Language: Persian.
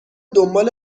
دنبال